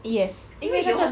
yes 因为那个